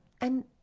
And